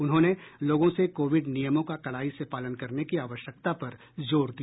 उन्होंने लोगों से कोविड नियमों का कड़ाई से पालन करने की आवश्यकता पर जोर दिया